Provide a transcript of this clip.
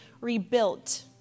rebuilt